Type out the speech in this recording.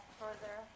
further